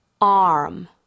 arm